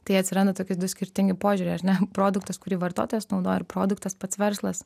tai atsiranda toki du skirtingi požiūriai ar ne produktas kurį vartotojas naudoja ir produktas pats verslas